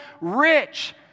rich